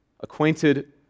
acquainted